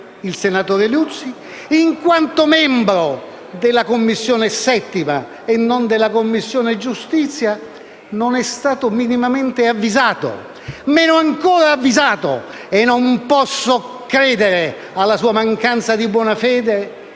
il senatore Liuzzi, in quanto membro della Commissione 7a e non della Commissione giustizia, non sia stato minimamente avvisato. Meno ancora è stato avvisato - e non posso credere alla sua mancanza di buona fede